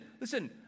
listen